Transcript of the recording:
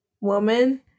woman